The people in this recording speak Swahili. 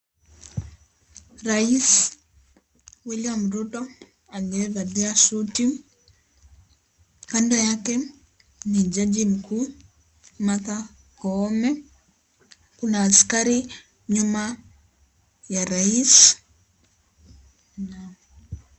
Rais William Rutto aliyevalia suti kando yake ni jaji mkuu Martha Koome . kuna askari nyuma ya rais.